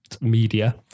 media